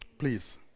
please